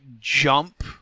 jump